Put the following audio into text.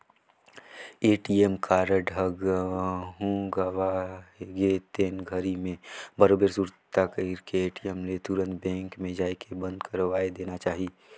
ATM card ह कहूँ गवा गे तेन घरी मे बरोबर सुरता कइर के ए.टी.एम ले तुंरत बेंक मे जायके बंद करवाये देना चाही